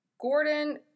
Gordon